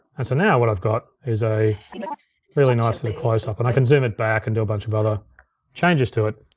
and so now what i've got is a you know really nice little closeup. and i can zoom it back and do a bunch of other changes to it.